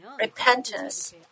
Repentance